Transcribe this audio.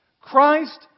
Christ